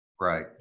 Right